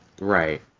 Right